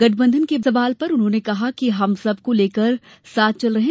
गठबंधन के सवाल पर उन्होंने कहा कि हम सब को साथ लेकर चल रहे हैं